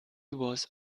was